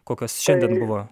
kokios šiandien buvo